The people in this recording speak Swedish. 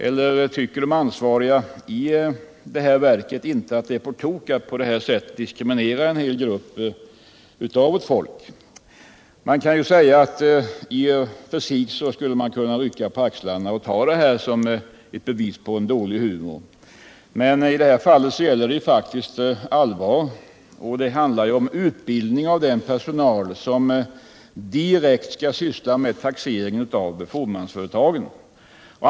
Eller tycker de ansvariga i detta verk inte att det är på tok att på det här sättet diskriminera en hel grupp av vårt folk? Man kan ju säga att i och för sig skulle vi kunna rycka på axlarna och ta detta material som ett bevis på dålig humor. Men i det här fallet gäller det faktiskt allvar. Det handlar ju om utbildning av den personal som direkt skall syssla med taxeringen av fåmansföretagen.